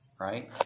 Right